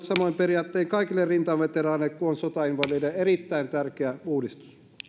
samoin periaattein kaikille rintamaveteraaneille kuin on sotainvalideilla erittäin tärkeä uudistus